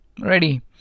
ready